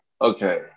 okay